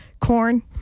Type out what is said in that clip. corn